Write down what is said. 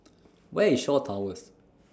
Where IS Shaw Towers